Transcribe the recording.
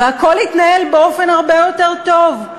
והכול יתנהל באופן הרבה יותר טוב,